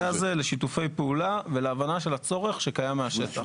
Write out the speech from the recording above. הזה לשיתופי פעולה ולהבנה של הצורך שקיים מהשטח.